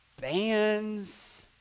bands